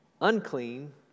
unclean